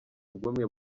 bw’umwe